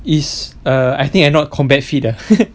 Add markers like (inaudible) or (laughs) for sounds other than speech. is err I think I not combat fit ah (laughs)